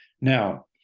now